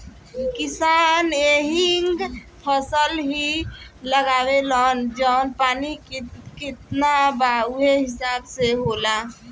किसान एहींग फसल ही लगावेलन जवन पानी कितना बा उहे हिसाब से होला